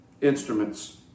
instruments